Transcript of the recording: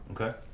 Okay